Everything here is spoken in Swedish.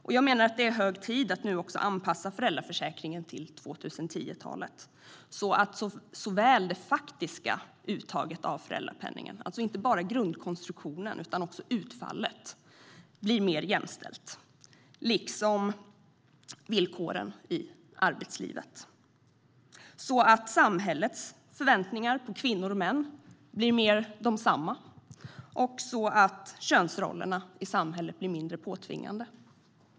Jag menar därför att det nu är hög tid att anpassa även föräldraförsäkringen till 2010-talet så att såväl det faktiska uttaget av föräldrapenningen - alltså inte bara grundkonstruktionen utan också utfallet - blir mer jämställt, liksom villkoren i arbetslivet så att samhällets förväntningar på kvinnor och män blir mer lika och könsrollerna i samhället blir mindre påtvingade.